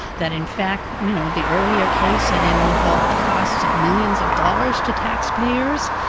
that in fact you know the earlier case had involved costs of millions of dollars to taxpayers,